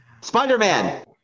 Spider-Man